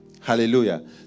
Hallelujah